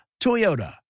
Toyota